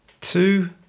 two